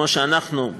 כמו שאנחנו,